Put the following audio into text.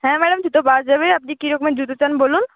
হ্যাঁ ম্যাডাম জুতো পাওয়া যাবে আপনি কী রকমের জুতো চান বলুন